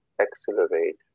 accelerate